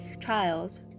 trials